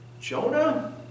Jonah